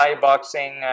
boxing